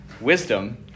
Wisdom